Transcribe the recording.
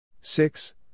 Six